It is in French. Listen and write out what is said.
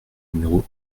numéro